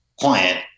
client